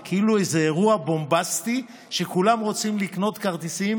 זה כאילו איזה אירוע בומבסטי שכולם רוצים לקנות כרטיסים